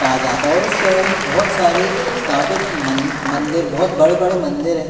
कहा जाता और उस शहर में बहुत सारे स्थापित मन मंदिर बहुत बड़े बड़े मंदिर हैं